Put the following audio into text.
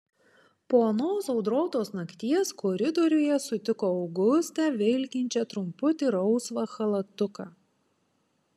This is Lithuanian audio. po anos audrotos nakties koridoriuje sutiko augustę vilkinčią trumputį rausvą chalatuką